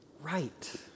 Right